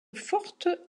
forte